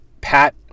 Pat